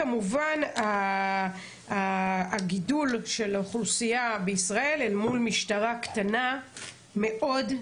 כמובן גם הגידול של האוכלוסייה בישראל אל מול משטרה קטנה מאוד,